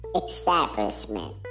establishment